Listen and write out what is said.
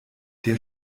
der